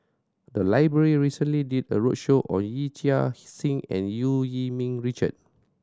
the library recently did a roadshow on Yee Chia Hsing and Eu Yee Ming Richard